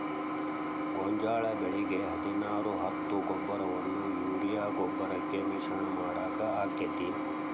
ಗೋಂಜಾಳ ಬೆಳಿಗೆ ಹದಿನಾರು ಹತ್ತು ಗೊಬ್ಬರವನ್ನು ಯೂರಿಯಾ ಗೊಬ್ಬರಕ್ಕೆ ಮಿಶ್ರಣ ಮಾಡಾಕ ಆಕ್ಕೆತಿ?